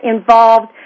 involved